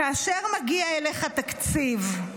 כאשר מגיע אליך תקציב,